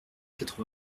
quatre